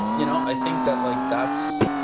you know i think that like that's